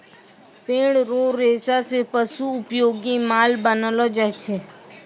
पेड़ रो रेशा से पशु उपयोगी माल बनैलो जाय छै